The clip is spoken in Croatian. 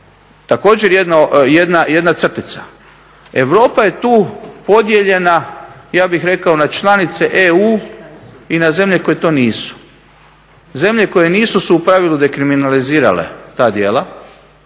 Također jedna crtica, Europa je tu podijeljena ja bih rekao na članice EU i na zemlje koje to nisu. Zemlje koje nisu su u pravilu dekriminalizirale ta djela